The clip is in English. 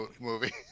movie